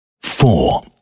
Four